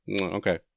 Okay